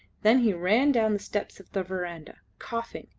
then he ran down the steps of the verandah, coughing,